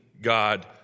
God